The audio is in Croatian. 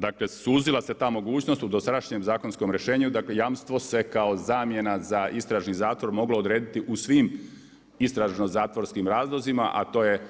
Dakle, suzila se ta mogućnost u dosadašnjem zakonskom rješenju, dakle jamstvo se kao zamjena za istražni zatvor moglo odrediti u svim istražno zatvorskim razlozima, a to je